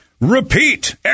repeat